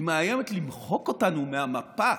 היא מאיימת למחוק אותנו מהמפה,